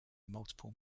multiple